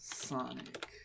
Sonic